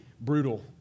brutal